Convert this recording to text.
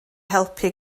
helpu